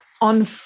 on